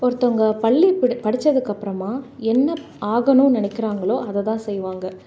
ஒருத்தவங்கள் பள்ளி பி படிச்சதுக்கப்புறமா என்ன ஆகணும்னு நினைக்கிறாங்களோ அதை தான் செய்வாங்க